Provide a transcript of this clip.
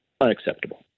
unacceptable